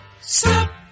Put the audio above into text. stop